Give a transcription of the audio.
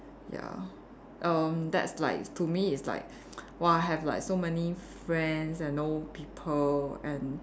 ya erm that's like to me is like !wah! I have like so many friends and old people and